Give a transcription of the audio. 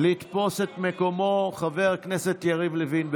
את חבר הכנסת יריב לוין,